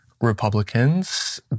Republicans